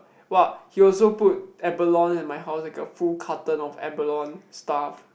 !wah! he also put abalone at my house like a full carton of abalone stuff